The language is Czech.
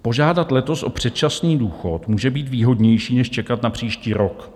Požádat letos o předčasný důchod může být výhodnější než čekat na příští rok.